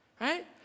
right